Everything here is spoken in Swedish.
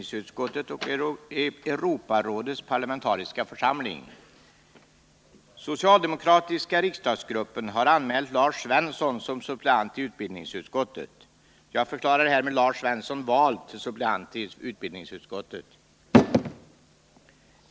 Socialdemokratiska riksdagsgruppen har anmält Lars Svensson som suppleant i utbildningsutskottet.